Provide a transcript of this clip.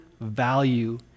value